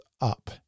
up